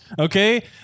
Okay